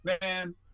man